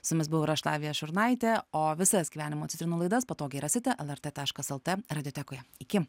su jumis buvau ir aš lavija šurnaitė o visas gyvenimo citrinų laidas patogiai rasite lrt taškas lt radiotekoje iki